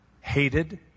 hated